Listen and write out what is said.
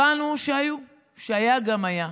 הבנו שהיה גם היה.